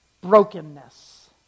brokenness